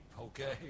okay